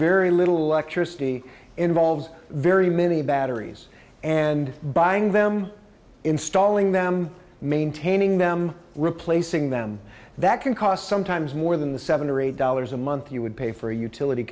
very little lecture city involves very many batteries and buying them installing them maintaining them replacing them that can cost sometimes more than the seven or eight dollars a month you would pay for a utility